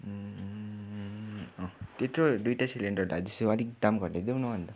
अँ त्यत्रो दुईवटा सिलिन्डर राख्दैछु अलिक दाम घटाइदेऊ न हौ अन्त